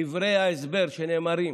דברי ההסבר שנאמרים